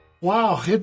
Wow